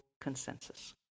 consensus